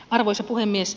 arvoisa puhemies